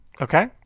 Okay